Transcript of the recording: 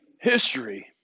history